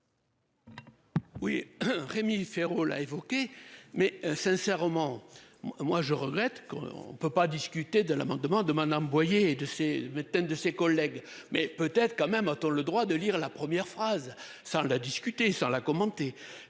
Oui. Rémi Féraud l'a évoqué, mais sincèrement, moi je regrette qu'on ne peut pas discuter de l'amendement de Madame Boyer et de ses méthodes de ses collègues mais peut être quand même. A-t-on le droit de lire la première phrase sans la discuter sans la commenter